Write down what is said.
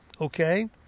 Okay